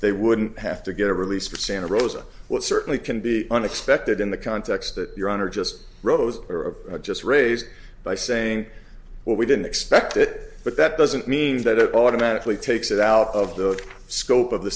they wouldn't have to get a release from santa rosa what certainly can be unexpected in the context that your honor just rose or a just raise by saying well we didn't expect it but that doesn't mean that automatically takes it out of the scope of the